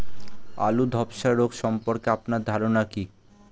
আলু ধ্বসা রোগ সম্পর্কে আপনার ধারনা কী?